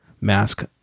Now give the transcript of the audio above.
mask